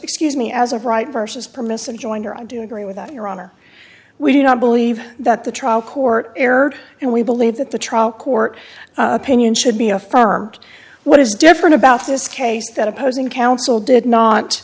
excuse me as a right versus permissive jointer i do agree with that your honor we do not believe that the trial court erred and we believe that the trial court opinion should be affirmed what is different about this case that opposing counsel did not